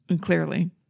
Clearly